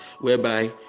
whereby